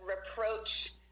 reproach